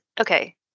Okay